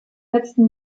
letzten